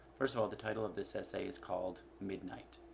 first of all, the title of this essay is called midnight.